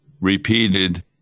Repeated